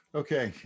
okay